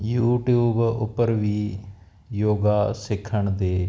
YouTube ਉੱਪਰ ਵੀ ਯੋਗਾ ਸਿੱਖਣ ਦੇ